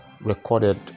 recorded